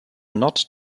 not